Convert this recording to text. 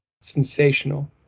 sensational